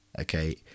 Okay